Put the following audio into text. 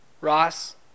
Ross